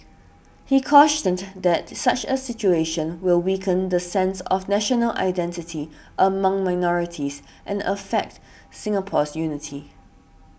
he cause that such a situation will weaken the sense of national identity among minorities and affect Singapore's unity